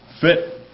fit